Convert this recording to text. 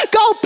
go